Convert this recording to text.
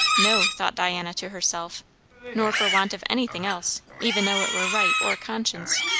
no, thought diana to herself nor for want of anything else, even though it were right or conscience.